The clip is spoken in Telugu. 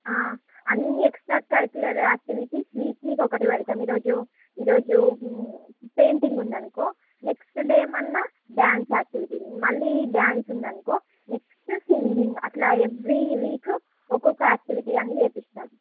అన్ని ఎక్స్ట్రా కరిక్యులర్ యాక్టివిటీస్ వీక్లీ ఒకటి పెడతాం ఈ రోజు ఈ రోజు పెయిటింగు ఉందనుకో నెక్స్టు డే ఏమన్నా డ్యాన్స్ యాక్టివిటీస్ మళ్ళీ డ్యాన్స్ ఉందనుకో నెక్స్టు సింగింగ్ అట్లా ఎవెరీ వీకు ఒక్కొక యాక్టివిటీ అని చేపిస్తాం